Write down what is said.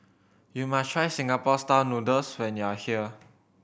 you must try Singapore Style Noodles when you are here